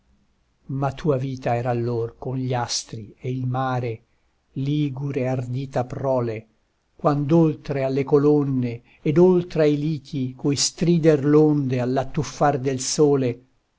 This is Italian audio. ma tua vita era allor con gli astri e il mare ligure ardita prole quand'oltre alle colonne ed oltre ai liti cui strider l'onde all'attuffar del sole